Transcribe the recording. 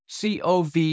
COV